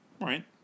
Right